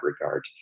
regard